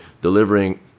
delivering